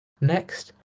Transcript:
Next